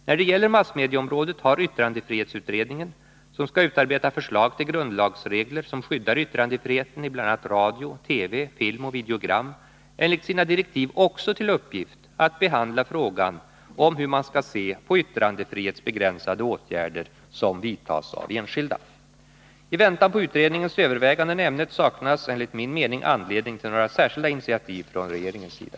När det gäller massmedieområdet har yttrandefrihetsutredningen, som skall utarbeta förslag till grundlagsregler som skyddar yttrandefriheten i bl.a. radio, TV, film och videogram, enligt sina direktiv också till uppgift att behandla frågan om hur man skall se på yttrandefrihetsbegränsande åtgärder som vidtas av enskilda. I väntan på utredningens överväganden i ämnet saknas enligt min mening anledning till några särskilda initiativ från regeringens sida.